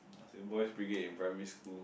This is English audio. I was in Boys Brigade in primary school